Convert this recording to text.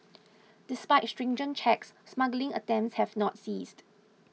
despite stringent checks smuggling attempts have not ceased